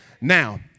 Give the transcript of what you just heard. Now